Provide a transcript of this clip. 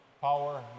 power